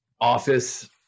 office